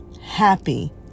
happy